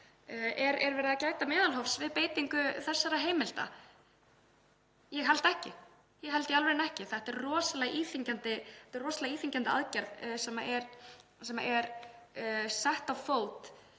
Er verið að gæta meðalhófs við beitingu þessara heimilda? Ég held ekki. Ég held í alvörunni ekki. Þetta er rosalega íþyngjandi aðgerð sem er sett á fót